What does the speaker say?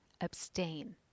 Abstain